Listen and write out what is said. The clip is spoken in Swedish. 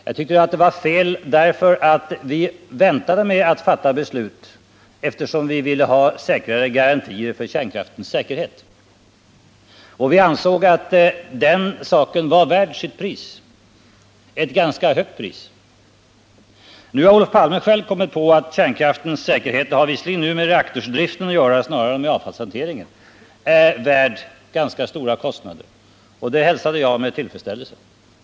Jag tycker detta var fel, just därför att anledningen till att vi väntade med att fatta beslutet var att vi först ville ha garantier för kärnkraftens säkerhet. Vi ansåg att den saken var värd sitt pris — ett ganska högt pris. Nu har Olof Palme själv kommit på att kärnkraftens säkerhet — som visserligen nu har mer med reaktordriften att göra än med avfallshanteringen — är värd ganska stora kostnader. Det hälsar jag med tillfredsställelse.